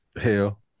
Hell